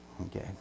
Okay